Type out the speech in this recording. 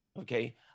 okay